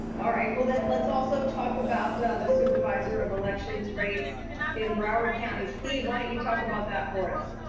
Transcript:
all right well then, let's also talk about the supervisor of elections race in broward county. steve, why don't you talk about that for us?